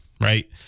right